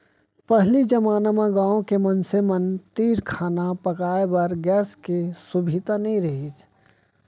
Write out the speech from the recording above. पहिली जमाना म गॉँव के मनसे मन तीर खाना पकाए बर गैस के सुभीता नइ रहिस